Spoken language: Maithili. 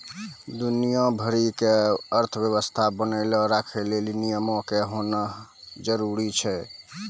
दुनिया भरि के अर्थव्यवस्था बनैलो राखै लेली नियमो के होनाए जरुरी छै